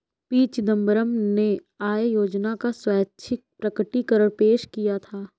P Chidambaram ने आय योजना का स्वैच्छिक प्रकटीकरण पेश किया था